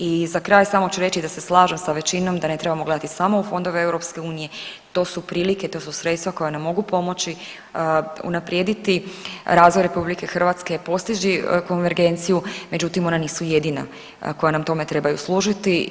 I za kraj samo ću reći da se slažem sa većinom da ne trebamo gledati samo u fondove EU, to su prilike, to su sredstva koja nam mogu pomoći unaprijediti razvoj RH, postići konvergenciju međutim ona nisu jedina koja nam tome trebaju služiti.